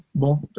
well,